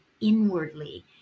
inwardly